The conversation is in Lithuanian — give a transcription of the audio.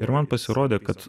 ir man pasirodė kad